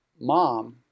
mom